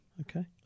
Okay